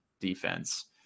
defense